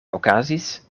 okazis